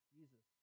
Jesus